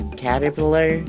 caterpillar